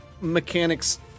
mechanics